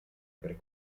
per